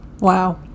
Wow